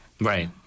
Right